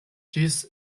ĝis